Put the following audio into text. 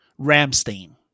Ramstein